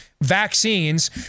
vaccines